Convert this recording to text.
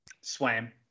Swam